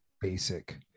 basic